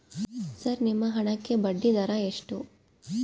Sir ನಿಮ್ಮ ಹಣಕ್ಕೆ ಬಡ್ಡಿದರ ಎಷ್ಟು?